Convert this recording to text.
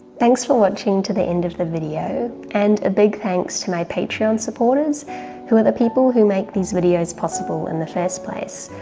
thanks for watching to the end of the video, and a big thanks to my patreon supporters who are the people who make these videos possible in the first place.